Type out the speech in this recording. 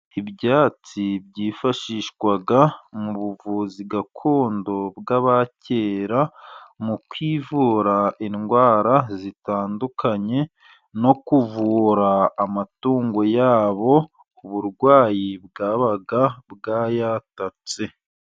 Ibyatsi byifashishwa mu buvuzi gakondo bw'abakera, mu kwivura indwara zitandukanye, no kuvura amatungo yabo uburwayi bwabaga bwayatatse.